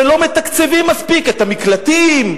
שלא מתקצבים מספיק את המקלטים,